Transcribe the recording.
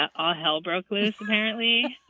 ah ah hell broke loose, apparently.